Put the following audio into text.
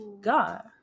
God